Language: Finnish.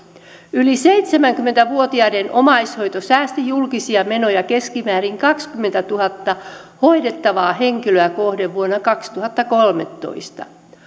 yli seitsemänkymmentä vuotiaiden omaishoito säästi julkisia menoja keskimäärin kaksikymmentätuhatta euroa hoidettavaa henkilöä kohden vuonna kaksituhattakolmetoista